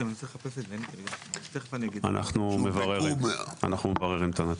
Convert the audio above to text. אנחנו מבררים את הנתון.